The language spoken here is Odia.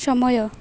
ସମୟ